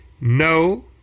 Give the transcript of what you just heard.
no